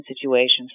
situations